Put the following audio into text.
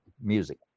music